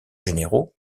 généraux